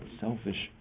selfish